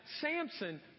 Samson